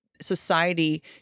society